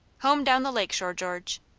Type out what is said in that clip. home down the lake shore, george.